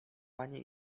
panie